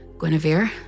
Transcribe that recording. Guinevere